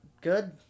good